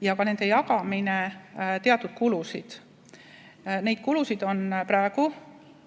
ja ka nende jagamine teatud kulusid. Neid kulutusi on tehtud